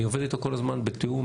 אני עובד איתו כל הזמן בתיאום,